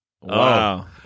Wow